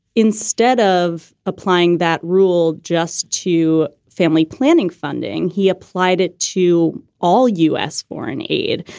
instead of applying that rule just to family planning funding, he applied it to all u s. foreign aid.